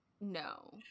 No